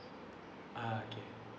ah okay